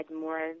more